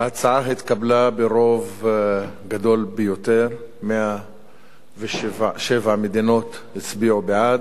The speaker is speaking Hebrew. ההצעה התקבלה ברוב גדול ביותר: 107 מדינות הצביעו בעד,